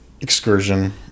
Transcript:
excursion